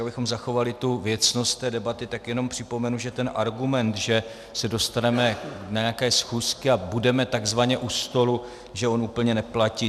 Tak abychom zachovali tu věcnost té debaty, tak jenom připomenu, že ten argument, že se dostaneme na nějaké schůzky a budeme takzvaně u stolu, že on úplně neplatí.